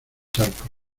charcos